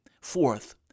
Fourth